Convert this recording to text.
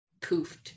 poofed